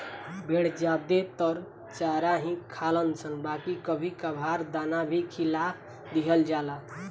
भेड़ ज्यादे त चारा ही खालनशन बाकी कभी कभार दाना भी खिया दिहल जाला